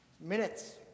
Minutes